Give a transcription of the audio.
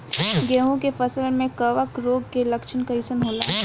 गेहूं के फसल में कवक रोग के लक्षण कइसन होला?